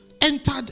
entered